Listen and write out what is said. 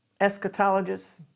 eschatologists